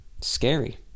Scary